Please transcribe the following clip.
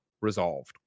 resolved